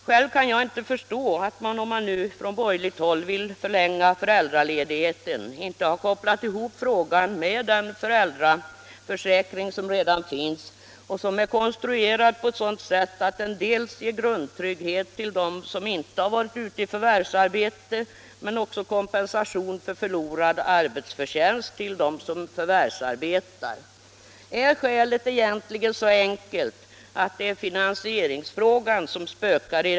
Själv kan jag inte förstå att man från borgerligt håll, om man nu vill förlänga föräldraledigheten, inte har kopplat ihop frågan med den föräldraförsäkring som redan finns och som är konstruerad på ett sådant sätt att den ger grundtrygghet till dem som inte har varit ute i förvärvsarbete men också kompensation för förlorad arbetsförtjänst till dem som förvärvsarbetar. Är skälet egentligen så enkelt att det är finansieringsfrågan som spökar?